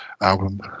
album